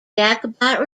jacobite